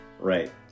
Right